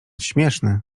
śmieszny